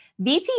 VT